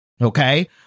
Okay